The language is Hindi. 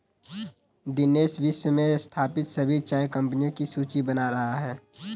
दिनेश विश्व में स्थापित सभी चाय कंपनियों की सूची बना रहा है